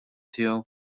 tiegħu